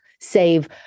save